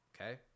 okay